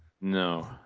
No